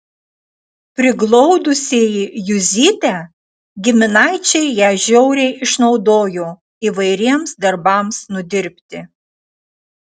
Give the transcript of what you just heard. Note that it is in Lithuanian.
priglaudusieji juzytę giminaičiai ją žiauriai išnaudojo įvairiems darbams nudirbti